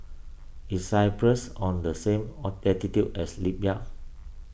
is Cyprus on the same latitude as Libya